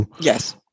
Yes